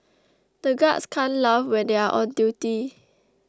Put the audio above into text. the guards can't laugh when they are on duty